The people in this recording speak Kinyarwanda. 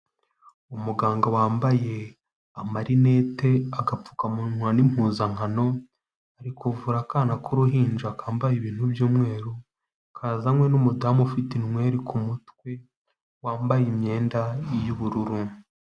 Umuganga wambaye amarinete, agapfukamunwa n'impuzankano, ari kuvura akana k'uruhinja kambaye ibintu by'umweru, kazanywe n'umudamu ufite inweri ku mutwe wambaye imyenda y'ubururu.